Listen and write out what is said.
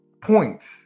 points